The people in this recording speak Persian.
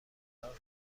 فرار